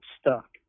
stuck